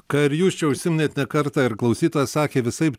ką ir jūs čia užsiminėt ne kartą ir klausytoja sakė visaip